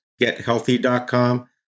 gethealthy.com